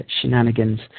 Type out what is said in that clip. shenanigans